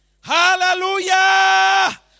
Hallelujah